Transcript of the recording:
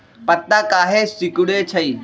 पत्ता काहे सिकुड़े छई?